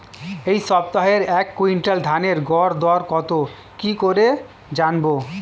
এই সপ্তাহের এক কুইন্টাল ধানের গর দর কত কি করে জানবো?